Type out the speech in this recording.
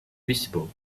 visible